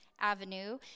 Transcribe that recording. Avenue